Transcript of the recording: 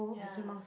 yeah